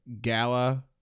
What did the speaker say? gala